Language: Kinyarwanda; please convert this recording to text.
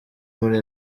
muri